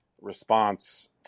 response